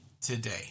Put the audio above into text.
today